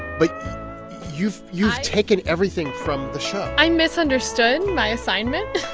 but you've you've taken everything from the show i misunderstood my assignment.